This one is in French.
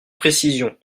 précision